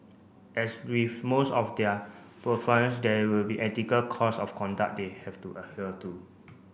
as with most of their there will be ethical codes of conduct they have to adhere to